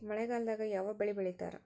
ಮಳೆಗಾಲದಾಗ ಯಾವ ಬೆಳಿ ಬೆಳಿತಾರ?